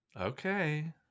Okay